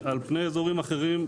על פני אזורים אחרים,